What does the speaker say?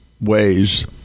ways